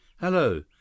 Hello